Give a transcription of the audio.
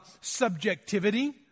subjectivity